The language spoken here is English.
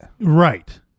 Right